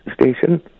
station